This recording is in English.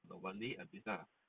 kalau balik habis ah